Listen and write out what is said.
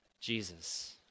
Jesus